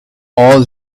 all